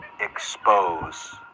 expose